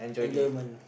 enjoyment